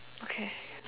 okay